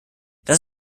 das